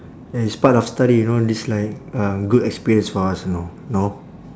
and it's part of study you know this like um good experience for us you know know